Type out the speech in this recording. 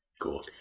Cool